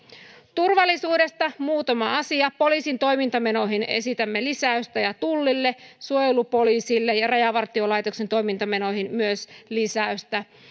turvallisuudesta muutama asia poliisin toimintamenoihin esitämme lisäystä ja tullille suojelupoliisille ja rajavartiolaitoksen toimintamenoihin myös lisäystä